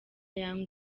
young